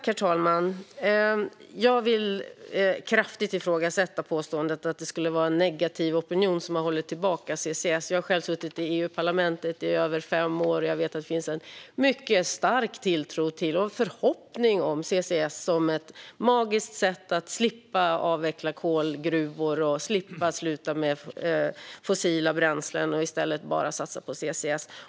Herr talman! Jag vill kraftigt ifrågasätta påståendet att det skulle vara negativ opinion som har hållit tillbaka CCS. Jag har själv suttit i EU-parlamentet i över fem år, och jag vet att det finns en mycket stark tilltro till och förhoppning om CCS som ett magiskt sätt att slippa avveckla kolgruvor och att slippa sluta med fossila bränslen och i stället bara satsa på CCS.